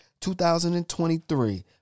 2023